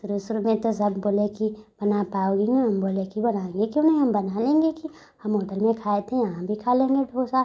शुरू शुरू में तो सब बोले कि बना पाओगी ना हम बोले कि बनाएंगे क्यों नहीं हम बना लेंगे कि हम होटल में खाए थे यहाँ भी खा लेंगे डोसा